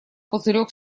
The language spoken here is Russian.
пузырек